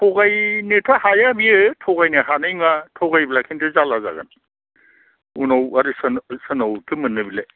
थगायनोथ' हाया बेयो थगायनो हानाय नोङा थगायब्ला खिन्थु जारला जागोन उनाव आरो सोरनाव सोरनावथो मोननो बेलाय